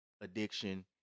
addiction